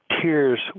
tears